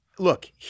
Look